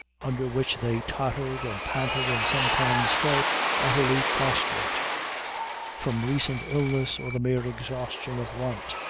under which they tottered and panted, and sometimes fell utterly prostrate from recent illness or the mere exhaustion of want.